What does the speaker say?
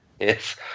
yes